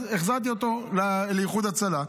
אז החזרתי אותו לאיחוד הצלה.